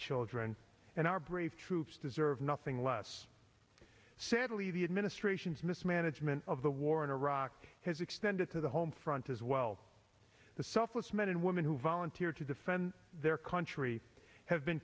children and our brave troops deserve nothing less sadly the administration's mismanagement of the war in iraq has extended to the home front as well the selfless men and women who volunteered to defend their country have been